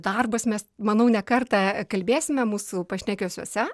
darbas mes manau ne kartą kalbėsime mūsų pašnekesiuose